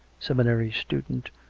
seminary student,